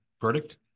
verdict